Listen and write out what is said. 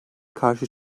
karşı